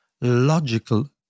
logical